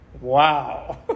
Wow